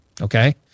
Okay